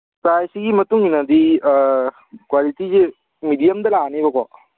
ꯄ꯭ꯔꯥꯏꯁꯁꯤꯒꯤ ꯃꯇꯨꯡꯏꯟꯅꯗꯤ ꯀ꯭ꯋꯥꯂꯤꯇꯤꯁꯦ ꯃꯦꯗꯤꯌꯝꯗ ꯂꯥꯛꯑꯅꯦꯕꯀꯣ